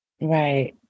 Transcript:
Right